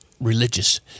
religious